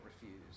refuse